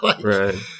Right